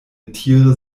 tiere